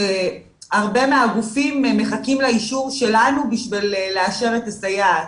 הרבה מהגופים מחכים לאישור שלנו בשביל לאשר את הסייעת,